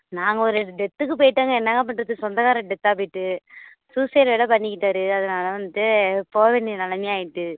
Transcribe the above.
நாங்கள் ஒரு டெத்துக்கு போயிவிட்டேங்க என்னங்க பண்ணுறது சொந்தகாரவங்க டெத்தா போயிவிட்டு சூசைட் வேறு பண்ணிக்கிட்டார் அதனால் வந்துட்டு போக வேண்டிய நிலைமையாக ஆயிட்டு